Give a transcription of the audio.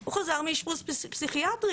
הוא חזר מאשפוז פסיכיאטרי.